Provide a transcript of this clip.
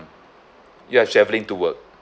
you are travelling to work